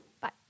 Bye